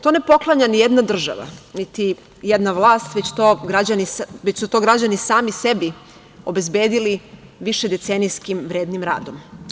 To ne poklanja nijedna država, niti jedna vlast, već su to građani sami sebi obezbedili višedecenijskim vrednim radom.